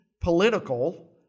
political